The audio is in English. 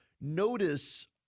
Notice